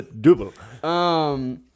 Double